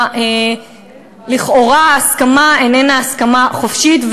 לכאורה ההסכמה איננה הסכמה חופשית,